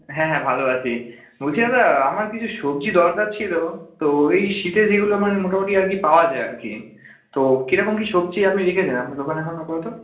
হ্যাঁ হ্যাঁ ভালো আছি বলছি দাদা আমার কিছু সবজি দরকার ছিলো তো এই শীতে যেগুলো মানে মোটামুটি আর কি পাওয়া যায় আর কি তো কী রকম কী সবজি আপনি রেখেছেন আপনার দোকানে এখন আপাতত